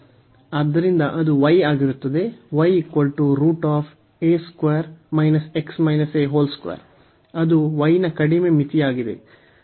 ಆದ್ದರಿಂದ ಅದು y ಆಗಿರುತ್ತದೆ y √ a 2 2 ಅದು y ನ ಕಡಿಮೆ ಮಿತಿಯಾಗಿದೆ